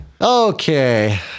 Okay